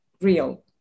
real